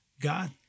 God